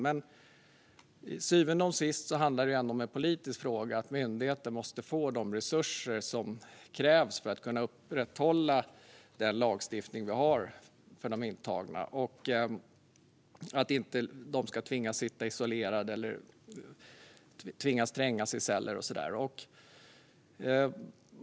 Till syvende och sist är det ändå en politisk fråga. Myndigheter måste få de resurser som krävs för att kunna upprätthålla den lagstiftning vi har för de intagna. De ska inte tvingas sitta isolerade eller tvingas trängas i celler.